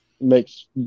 makes